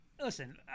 listen